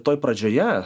toj pradžioje